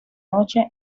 noche